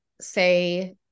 say